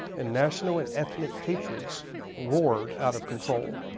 and national and ethnic hatreds roared out of control.